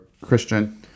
Christian